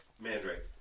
Mandrake